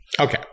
Okay